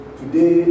today